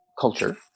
culture